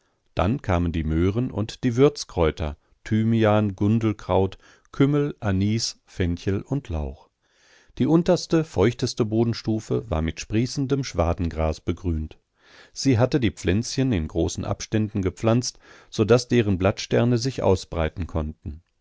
dann kamen die möhren und die würzkräuter thymian gundelkraut kümmel anis fenchel und lauch die unterste feuchteste bodenstufe war mit sprießendem schwadengras begrünt sie hatte die pflänzchen in großen abständen gepflanzt so daß deren blattsterne sich ausbreiten konnten